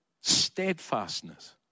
steadfastness